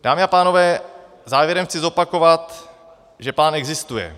Dámy a pánové, závěrem chci zopakovat, že plán existuje.